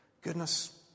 goodness